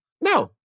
No